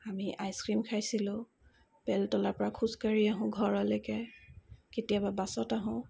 আমি আইচক্ৰিম খাইছিলোঁ বেলতলাৰ পৰা খোজকাঢ়ি আহোঁ ঘৰলৈকে কেতিয়াবা বাছত আহোঁ